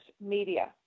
media